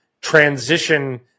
transition